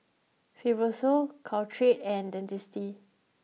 Fibrosol Caltrate and Dentiste